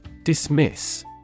Dismiss